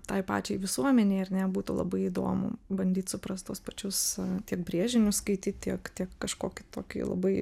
tai pačiai visuomenei ar ne būtų labai įdomu bandyt suprast tuos pačius tiek brėžinius skaityt tiek tiek kažkokį tokį labai